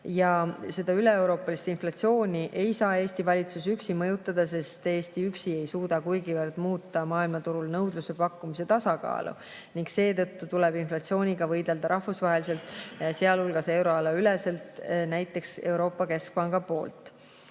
Seda üleeuroopalist inflatsiooni ei saa Eesti valitsus üksi mõjutada, sest Eesti üksi ei suuda kuigivõrd muuta maailmaturul nõudluse-pakkumise tasakaalu. Seetõttu tuleb inflatsiooniga võidelda rahvusvaheliselt, sealhulgas euroalaüleselt, näiteks Euroopa Keskpanga poolt.